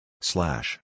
slash